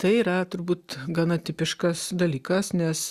tai yra turbūt gana tipiškas dalykas nes